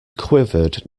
quivered